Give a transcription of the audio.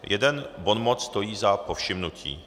Jeden bonmot stojí za povšimnutí.